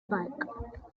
bike